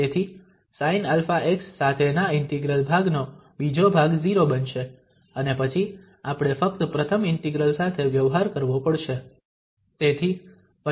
તેથી sinαx સાથેના ઇન્ટિગ્રલ ભાગનો બીજો ભાગ 0 બનશે અને પછી આપણે ફક્ત પ્રથમ ઇન્ટિગ્રલ સાથે વ્યવહાર કરવો પડશે